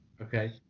Okay